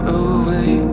away